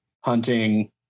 hunting